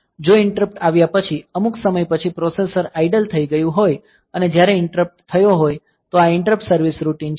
જો ઈંટરપ્ટ આવ્યા પછી અમુક સમય પછી પ્રોસેસર આઇડલ થઈ ગયું હોય અને જ્યારે ઈંટરપ્ટ થયો હોય તો આ ઈંટરપ્ટ સર્વીસ રૂટિન છે